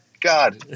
god